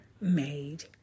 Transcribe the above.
made